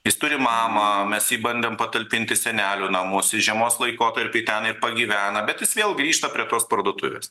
jis turi mamą mes jį bandėm patalpint į senelių namus žiemos laikotarpiui ten pagyvena bet jis vėl grįžta prie tos parduotuvės